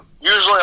Usually